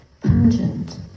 pungent